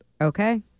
okay